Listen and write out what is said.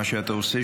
מה שאתה עושה,